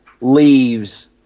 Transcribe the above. leaves